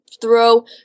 throw